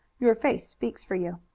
your face speaks for you.